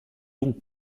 donc